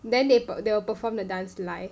then they they will perform the dance live